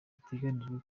biteganijwe